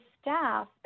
staff